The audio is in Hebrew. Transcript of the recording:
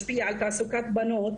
משפיע על תעסוקת בנות,